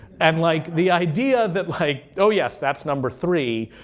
and like the idea that, like oh, yes, that's number three,